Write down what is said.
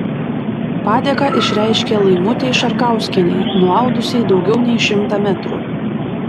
padėką išreiškė laimutei šarkauskienei nuaudusiai daugiau nei šimtą metrų